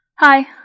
Hi